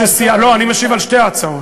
אני כרגע משיב על שתי ההצעות.